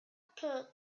pits